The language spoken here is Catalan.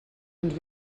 uns